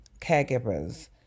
caregivers